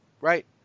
right